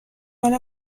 مال